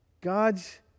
God's